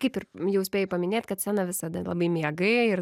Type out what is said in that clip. kaip ir jau spėjai paminėt kad sceną visada labai mėgai ir